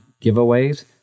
giveaways